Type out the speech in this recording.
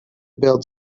build